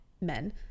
men